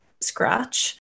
scratch